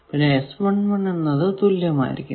പിന്നെ എന്നത് തുല്യമായിരിക്കും